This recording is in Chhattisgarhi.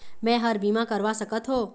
मैं हर का बीमा करवा सकत हो?